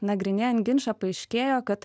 nagrinėjant ginčą paaiškėjo kad